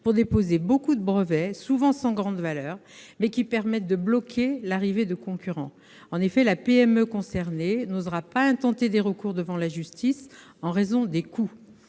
pour déposer beaucoup de brevets, souvent sans grande valeur, mais qui permettent de bloquer l'arrivée de concurrents. En effet, la PME concernée n'osera pas intenter des recours devant la justice en raison des coûts.